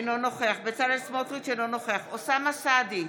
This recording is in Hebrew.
אינו נוכח בצלאל סמוטריץ' אינו נוכח אוסאמה סעדי,